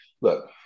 look